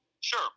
sure